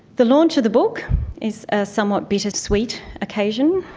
the launch of the book is a somewhat bittersweet occasion.